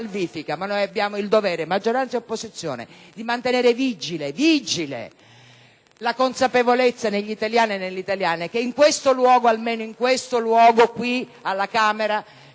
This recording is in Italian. Ma noi abbiamo il dovere, maggioranza e opposizione, di mantenere vigile - ripeto, vigile - la consapevolezza negli italiani e nelle italiane che in questo luogo, almeno in questo luogo, qui al Senato